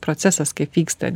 procesas kaip vyksta